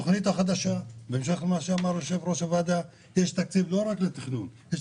בתכנית החדשה יש תקציב לא רק לתכנון אלא